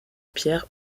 pierre